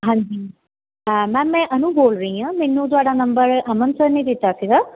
ਹਾਂਜੀ ਮੈਮ ਮੈਂ ਅਨੂ ਬੋਲ ਰਹੀ ਹਾਂ ਮੈਨੂੰ ਤੁਹਾਡਾ ਨੰਬਰ ਅਮਨ ਸਰ ਨੇ ਦਿੱਤਾ ਸੀਗਾ